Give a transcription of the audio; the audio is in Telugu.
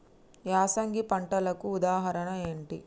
యాసంగి పంటలకు ఉదాహరణ ఏంటి?